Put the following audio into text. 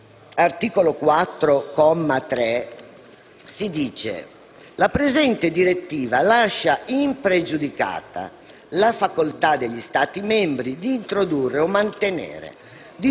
si dice: «La presente direttiva lascia impregiudicata la facoltà degli Stati membri di introdurre o mantenere